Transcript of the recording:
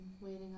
waiting